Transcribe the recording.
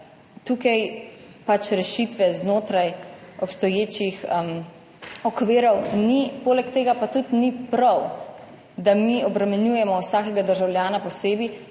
tukaj rešitve znotraj obstoječih okvirov ni. Poleg tega pa tudi ni prav, da mi obremenjujemo vsakega državljana posebej,